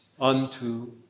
unto